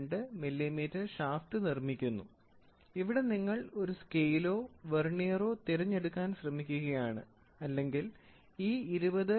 02 millimetre shaft നിർമ്മിക്കുന്നു ഇവിടെ നിങ്ങൾ ഒരു സ്കെയിലോ വെർനിയറോ തിരഞ്ഞെടുക്കാൻ ശ്രമിക്കുകയാണ് അല്ലെങ്കിൽ ഈ 20